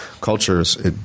cultures